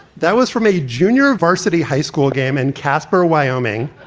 that was from a junior varsity high school game in casper, wyoming.